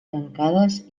tancades